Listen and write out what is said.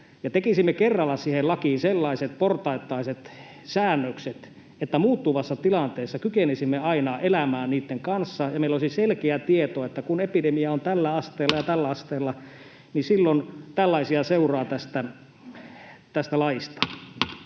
tekisimme kerralla siihen lakiin sellaiset portaittaiset säännökset, että muuttuvassa tilanteessa kykenisimme aina elämään niitten kanssa ja meillä olisi selkeää tietoa, että kun epidemia on tällä asteella ja tällä asteella, niin silloin tällaisia seuraa tästä laista.